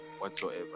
whatsoever